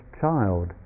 child